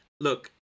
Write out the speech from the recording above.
Look